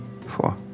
four